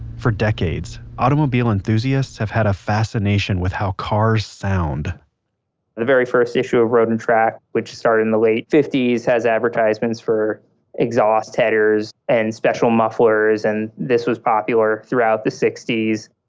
for decades, automobile enthusiasts have had a fascination with how cars sound the very first issue of road and track which started in the late fifty s has advertisements for exhaust headers and special mufflers and this was popular throughout the sixty s.